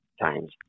times